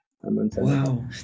Wow